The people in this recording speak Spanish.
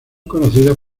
conocidas